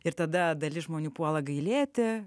ir tada dalis žmonių puola gailėti